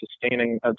sustaining